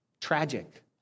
Tragic